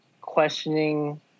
questioning